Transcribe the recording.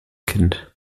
kind